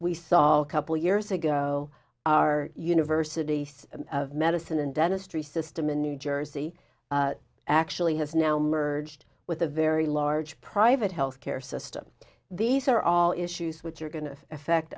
we saw a couple years ago our universities of medicine and dentistry system in new jersey actually has now merged with a very large private health care system these are all issues which are going to affect